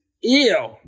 Ew